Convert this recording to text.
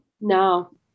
No